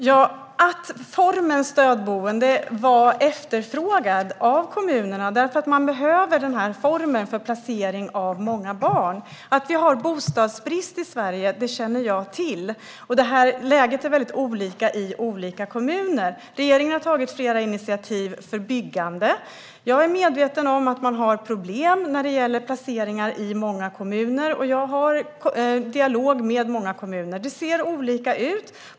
Herr talman! Formen stödboende var efterfrågad av kommunerna. Den behövs för placering av många barn. Att vi har bostadsbrist i Sverige känner jag till, och läget ser väldigt olika ut i olika kommuner. Regeringen har tagit flera initiativ för byggande. Jag är medveten om att man har problem med placeringar i många kommuner, och jag har en dialog med många kommuner. Det ser olika ut.